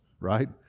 right